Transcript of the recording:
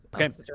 Okay